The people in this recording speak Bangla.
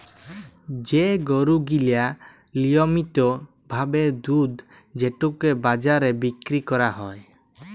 যে গরু গিলা লিয়মিত ভাবে দুধ যেটকে বাজারে বিক্কিরি ক্যরা হ্যয়